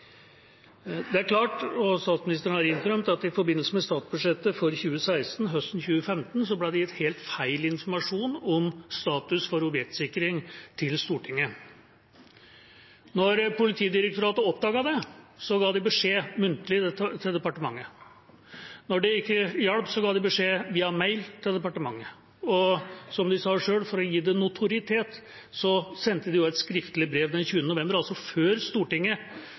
Det er klart – og statsministeren har innrømt det – at det i forbindelse med statsbudsjettet 2016 høsten 2015 ble gitt helt feil informasjon om status for objektsikring til Stortinget. Da Politidirektoratet oppdaget det, ga de beskjed muntlig til departementet. Da det ikke hjalp, ga de beskjed via mail til departementet. Og som de sa selv, for å gi det notoritet sendte de også et skriftlig brev den 20. november, altså før Stortinget